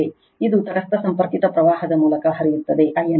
ಇದು ತಟಸ್ಥ ಸಂಪರ್ಕಿತ ಪ್ರವಾಹದ ಮೂಲಕ ಹರಿಯುತ್ತದೆ I n